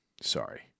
Sorry